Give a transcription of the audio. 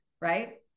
Right